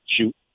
shoot